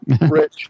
Rich